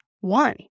One